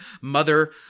mother